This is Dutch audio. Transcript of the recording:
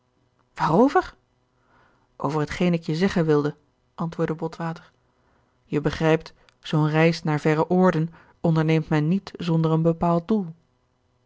waarover over hetgeen ik je zeggen wilde antwoordde botwater je begrijpt zoo'n reis naar verre oorden onderneemt men niet zonder een bepaald doel